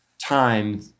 time